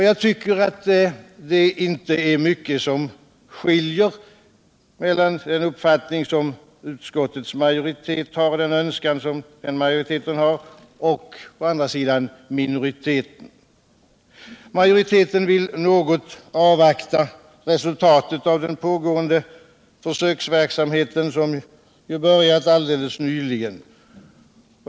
Jag tycker att det i den här frågan inte är mycket som skiljer mellan de önskemål som framförts från utskottets majoritet resp. dess minoritet. Majoriteten vill något avvakta resultatet av den pågående försöksverksamheten, som börjat alldeles nyligen.